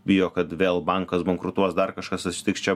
bijo kad vėl bankas bankrutuos dar kažkas atsitiks čia